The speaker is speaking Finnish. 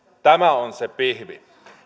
tämä on se pihvi